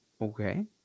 Okay